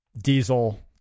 Diesel